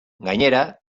gainera